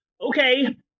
okay